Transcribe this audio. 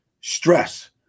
stress